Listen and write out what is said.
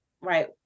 right